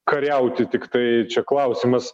kariauti tiktai čia klausimas